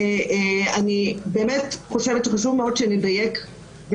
אני רוצה לדייק כמה דברים.